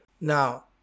Now